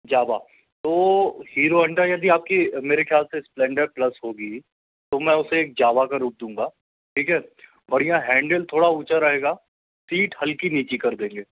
जावा तो Hero Honda यदि आपके मेरे ख्याल से स्प्लेंडर प्लस होगी तो मैं उसे जावा का रूप दूंगा ठीक हैं और ये हैंडल थोड़ा ऊंचा रहेगा सीट हल्की नीचे कर देंगे